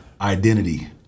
Identity